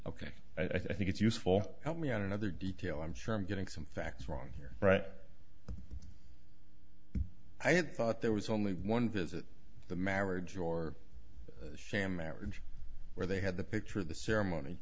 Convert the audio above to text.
ok i think it's useful help me on another detail i'm sure i'm getting some facts wrong here right but i thought there was only one visit the marriage or sham marriage where they had the picture of the ceremony